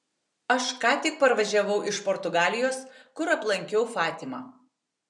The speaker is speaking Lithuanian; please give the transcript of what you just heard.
aš ką tik parvažiavau iš portugalijos kur aplankiau fatimą